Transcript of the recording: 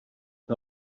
que